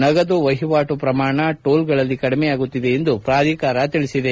ನಗದು ವಹಿವಾಟು ಪ್ರಮಾಣ ಟೂಲ್ಗಳಲ್ಲಿ ಕಡಿಮೆಯಾಗುತ್ತಿದೆ ಎಂದು ಪ್ರಾಧಿಕಾರ ಹೇಳಿದೆ